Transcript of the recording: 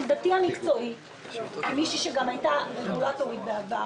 בדיוני התקציב הקודם יצאה הוראה מהיועץ המשפטי לממשלה על כך